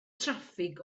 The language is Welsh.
traffig